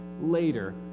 later